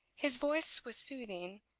his voice was soothing,